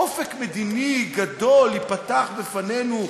אופק מדיני גדול ייפתח בפנינו,